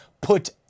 put